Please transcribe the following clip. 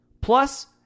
Plus